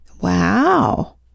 wow